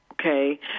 okay